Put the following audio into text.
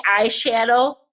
eyeshadow